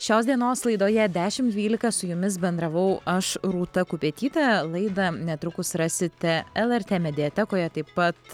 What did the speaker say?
šios dienos laidoje dešim dvylika su jumis bendravau aš rūta kupetytė laidą netrukus rasite lrt mediatekoje taip pat